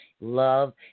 love